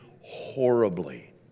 horribly